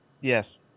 Yes